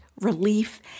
relief